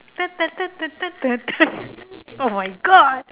oh my god